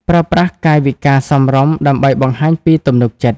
ប្រើប្រាស់កាយវិការសមរម្យដើម្បីបង្ហាញពីទំនុកចិត្ត។